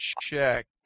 check